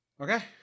okay